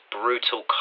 brutal